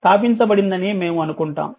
స్థాపించబడిందని మేము అనుకుంటాం